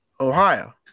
Ohio